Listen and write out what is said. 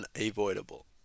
unavoidable